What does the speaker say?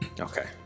Okay